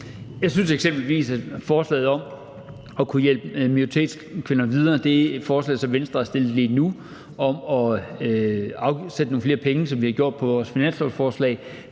Jeg synes eksempelvis, at forslaget om at kunne hjælpe minoritetskvinder videre og det forslag, som Venstre har stillet lige nu, om at afsætte nogle flere penge, som vi har gjort på vores finanslovsforslag,